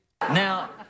Now